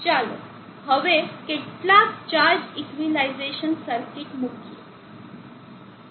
ચાલો હવે કેટલાક ચાર્જ ઇક્વિલિઝેશન સર્કિટ મૂકીએ